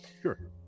sure